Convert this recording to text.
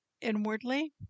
inwardly